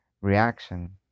reaction